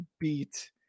beat